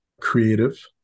creative